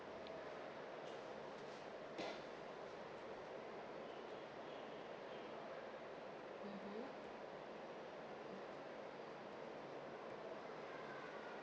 mmhmm